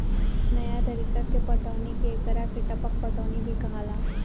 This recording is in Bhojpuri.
नया तरीका के पटौनी के एकरा के टपक पटौनी भी कहाला